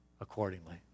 accordingly